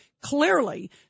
clearly